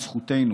את זכותנו,